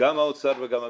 גם האוצר וגם המשפטים.